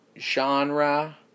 genre